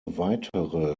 weitere